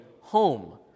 home